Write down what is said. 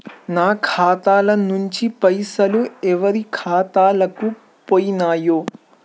నా ఖాతా ల నుంచి పైసలు ఎవరు ఖాతాలకు పోయినయ్?